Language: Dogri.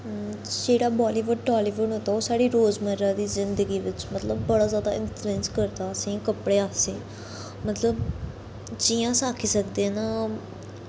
जेह्ड़ा बॉलीवुड हॉलीवुड होंदा ओह् साढ़ी रोज़मरा दी जिंदगी बिच्च मतलब बड़ा जैदा इंफलुऐंस करदा असें गी कपड़े आस्सै मतलब जियां अस आक्खी सकदे न